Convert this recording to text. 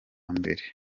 mbere